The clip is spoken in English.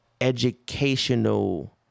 educational